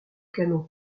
canon